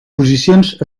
posicions